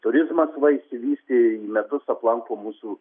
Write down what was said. turizmas va išsivystė į metus aplanko mūsų